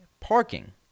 parking